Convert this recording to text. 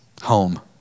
home